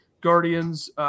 Guardians